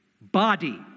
body